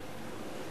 לסעיף של המיעוטים.